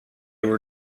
were